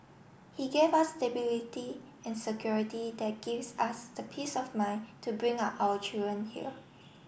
he gave us stability and security that gives us the peace of mine to bring up our children here